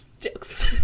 Jokes